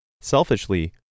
Selfishly